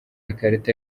ikarita